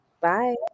Bye